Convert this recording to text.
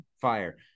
fire